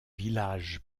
village